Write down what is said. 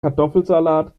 kartoffelsalat